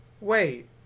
wait